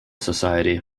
society